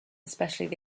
especially